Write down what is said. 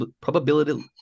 probability